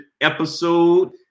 episode